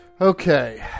Okay